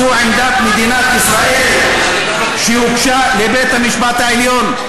זו עמדת מדינת ישראל שהוגשה לבית-המשפט העליון.